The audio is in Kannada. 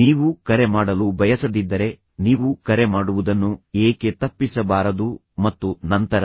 ನೀವು ಕರೆ ಮಾಡಲು ಬಯಸದಿದ್ದರೆ ನೀವು ಕರೆ ಮಾಡುವುದನ್ನು ಏಕೆ ತಪ್ಪಿಸಬಾರದು ಮತ್ತು ನಂತರ